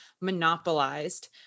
monopolized